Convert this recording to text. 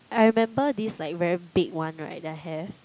I remember this like very big one right that I have